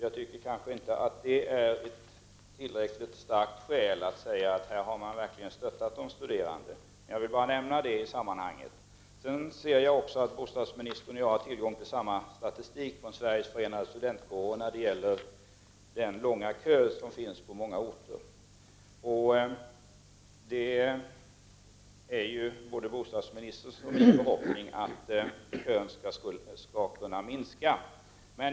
Jag tycker inte att det är ett tillräckligt starkt skäl att säga att man verkligen har stöttat de studerande. Jag vill bara nämna detta i sammanhanget. Jag ser också att bostadsministern och jag har tillgång till samma statistik från Sveriges Förenade Studentkårer över den långa kö som finns på många orter. Det är både bostadsministerns och min förhoppning att kön skall minska.